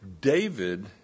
David